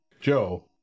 Joe